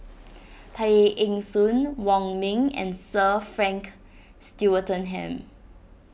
Tay Eng Soon Wong Ming and Sir Frank Swettenham